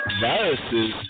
Viruses